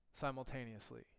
simultaneously